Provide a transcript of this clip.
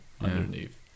underneath